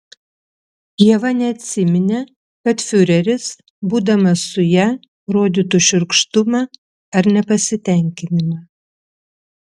ieva neatsiminė kad fiureris būdamas su ja rodytų šiurkštumą ar nepasitenkinimą